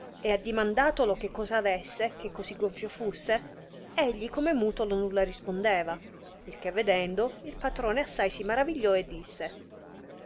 e addimandatolo che cosa avesse che così gonfio fusse egli come mutolo nulla rispondeva il che vedendo il patrone assai si maravigliò e disse